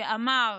שאמר: